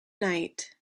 night